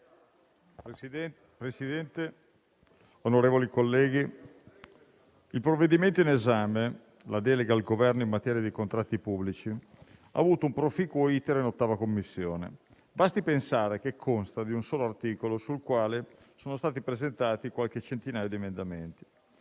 Presidente, onorevoli colleghi, il provvedimento in esame, la delega al Governo in materia di contratti pubblici, ha avuto un proficuo *iter* in 8a Commissione. Basti pensare che consta di un solo articolo, sul quale sono stati presentati qualche centinaia di emendamenti.